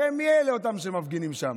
הרי מי אלה אותם המפגינים שם?